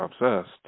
obsessed